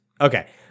okay